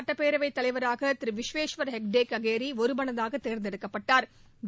சட்டப்பேரவைத் தலைவராக திரு விஸ்வேஷ்வர் ஹெக்டே ககேரி ஒருமனதாக கர்நாடகா தேர்ந்தேடுக்கப்பட்டாள்